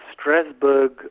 Strasbourg